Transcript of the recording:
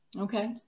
okay